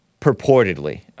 purportedly